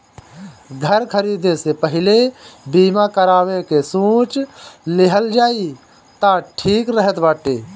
घर खरीदे से पहिले बीमा करावे के सोच लेहल जाए तअ ठीक रहत बाटे